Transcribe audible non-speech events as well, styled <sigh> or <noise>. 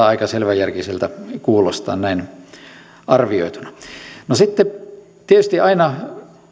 <unintelligible> aika selväjärkiseltä kuulostaa näin arvioituna sitten tietysti aina